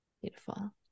Beautiful